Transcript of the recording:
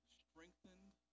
strengthened